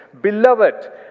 Beloved